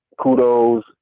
kudos